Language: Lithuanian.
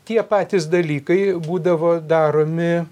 tie patys dalykai būdavo daromi